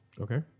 Okay